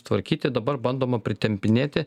tvarkyti dabar bandoma pritempinėti